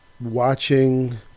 Watching